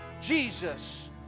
Jesus